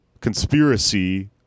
conspiracy